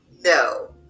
no